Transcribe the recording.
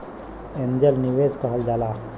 angel निवेस कहल जाला